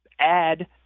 Add